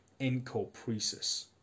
encopresis